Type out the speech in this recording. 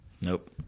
Nope